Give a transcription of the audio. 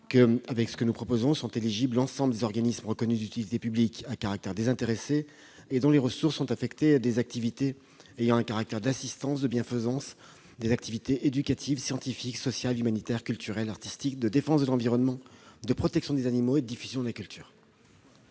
dispositif. Pour l'heure, sont éligibles l'ensemble des « organismes reconnus d'utilité publique à caractère désintéressé dont les ressources sont exclusivement affectées à des activités ayant un caractère d'assistance ou de bienfaisance, éducatif, scientifique, social, humanitaire, culturel, artistique, de défense de l'environnement naturel, de protection des animaux ou de diffusion de la culture,